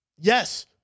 Yes